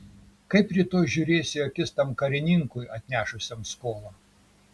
kaip rytoj žiūrėsiu į akis tam karininkui atnešusiam skolą